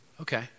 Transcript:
okay